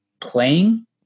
playing